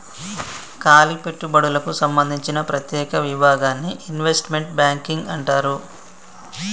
కాలి పెట్టుబడులకు సంబందించిన ప్రత్యేక విభాగాన్ని ఇన్వెస్ట్మెంట్ బ్యాంకింగ్ అంటారు